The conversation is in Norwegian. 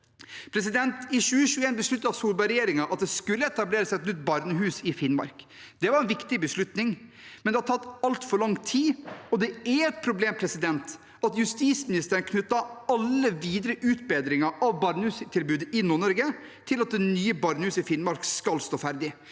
I 2021 besluttet Solberg-regjeringen at det skulle etableres et nytt barnehus i Finnmark. Det var en viktig beslutning, men det har tatt altfor lang tid. Det er et problem at justisministeren knytter alle videre utbedringer av barnehustilbudet i Nord-Norge til at det nye barnehuset i Finnmark skal stå ferdig.